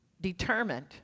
Determined